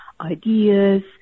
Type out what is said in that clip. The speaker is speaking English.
ideas